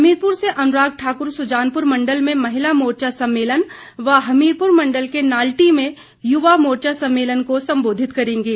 हमीरपुर से अनुराग ठाकुर सुजानपुर मंडल में महिला मोर्चा सम्मेलन व हमीरपुर मंडल के नाल्टी में युवा मोर्चा सम्मेलन को संबोधित करेंगे